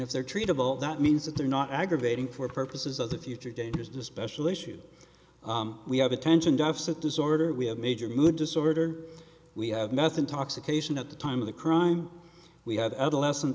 if there treatable that means that they are not aggravating for purposes of the future dangerousness special issues we have attention deficit disorder we have major mood disorder we have nothing talks occasion at the time of the crime we have adolescent